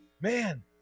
man